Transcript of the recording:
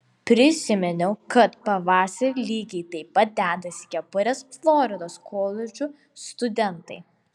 prisiminiau kad pavasarį lygiai taip pat dedasi kepures floridos koledžų studentai